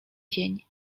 dzień